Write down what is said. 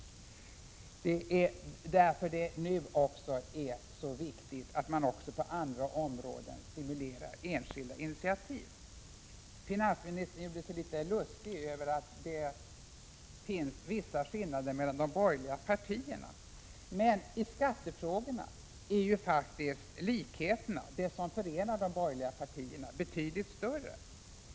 Det är också därför som det nu är så viktigt att man också på andra områden stimulerar enskilda initiativ. Finansministern gjorde sig litet lustig över att det finns vissa skillnader mellan de borgerliga partierna. Men i det vi nu debatterar är ju faktiskt likheterna, det som förenar de borgerliga partierna, betydligt större än det som skiljer.